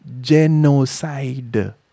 genocide